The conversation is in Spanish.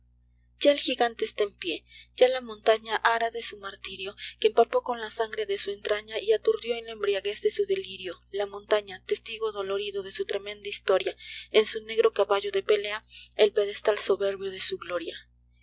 ya el jigante está en pié i ya la montafta ara de su martirio que empapó con la sangre de su entratia y aturdió en la embriaguez de su delirio la montaña testigo dolorido de su tremenda historia es su negro caballo de pelea el pedestal soberbio de su gloria